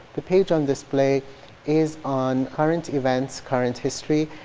the page on display is on current events, current history.